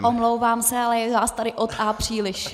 Omlouvám se, ale je vás tady od A příliš.